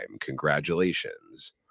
Congratulations